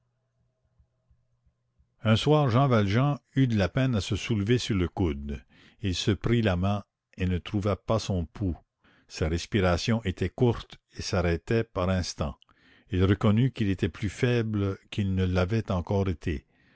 un soir jean valjean eut de la peine à se soulever sur le coude il se prit la main et ne trouva pas son pouls sa respiration était courte et s'arrêtait par instants il reconnut qu'il était plus faible qu'il ne l'avait encore été